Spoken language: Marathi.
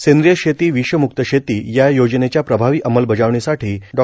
सेंद्रीय शेती विषम्रक्त शेती या योजनेच्या प्रभावी अंमलबजावणीसाठी डॉ